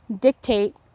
dictate